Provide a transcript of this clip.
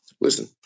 Listen